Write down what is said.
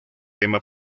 tema